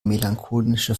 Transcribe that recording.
melancholische